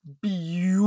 beautiful